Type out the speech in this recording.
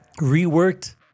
reworked